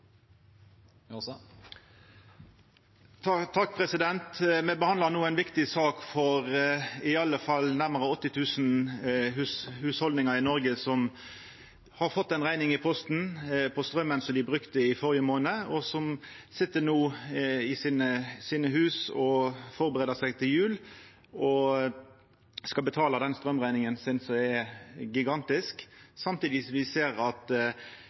Me behandlar no ei viktig sak for i alle fall nærmare 80 000 hushald i Noreg, som har fått ei rekning i posten for straumen dei brukte i førre månad, og som no sit i husa sine og førebur seg til jul og skal betala den straumrekninga, som er gigantisk. Samtidig ser me at